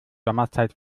sommerzeit